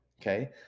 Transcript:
Okay